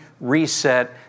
reset